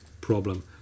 problem